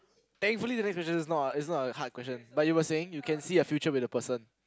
thankfully the next question is not is not a hard question but you were saying you can see a future with the person